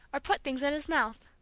or put things in his mouth.